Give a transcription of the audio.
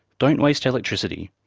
don't waste electricity.